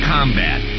Combat